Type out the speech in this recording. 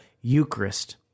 Eucharist